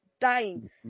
dying